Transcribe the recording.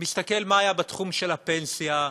מסתכל מה היה בתחום של הפנסיה,